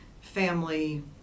family